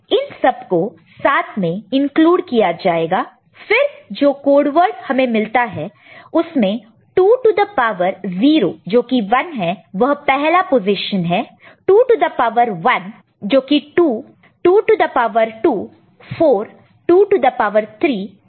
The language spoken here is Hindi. इन सबको साथ में इंक्लूड किया जाएगा फिर जो कोड वर्ड हमें मिलता है उसमें 2 टू द पावर 0 जोकि 1 है वह पहला पोजीशन है 2 to the power 1 2 2 to the power 2 4 2 to the power 3 8